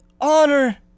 honor